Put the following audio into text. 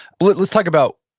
but let's talk about,